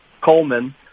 Coleman